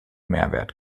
mehrwert